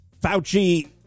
Fauci